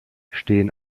stehen